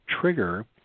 trigger